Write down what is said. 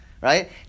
right